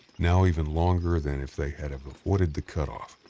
now even longer than if they had avoided the cutoff.